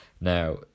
Now